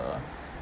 uh